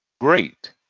Great